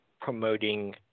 promoting